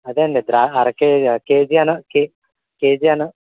అదేండి ద్రా అర కేజీ కేజీ అను కే కేజీ అను